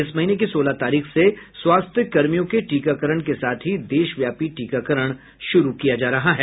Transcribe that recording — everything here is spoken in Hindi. इस महीने की सोलह तारीख से स्वास्थ्य कर्मियों के टीकाकरण के साथ ही देश व्यापी टीकाकरण शुरू किया जा रहा है